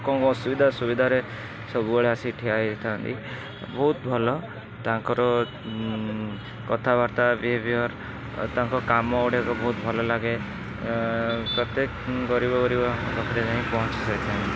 ଲୋକଙ୍କ ଅସୁବିଧା ସୁବିଧାରେ ସବୁବେଳେ ଆସି ଠିଆ ହେଇଥାଆନ୍ତି ବହୁତ ଭଲ ତାଙ୍କର କଥାବାର୍ତ୍ତା ବିହେବିୟର୍ ଆଉ ତାଙ୍କ କାମ ଗୁଡ଼ିକ ବହୁତ ଭଲ ଲାଗେ ପ୍ରତ୍ୟେକ ଗରିବ ଗରିବାଙ୍କ ପାଖରେ ଯାଇଁ ପହଞ୍ଚି ପାରିଥାନ୍ତି